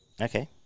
Okay